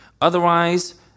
Otherwise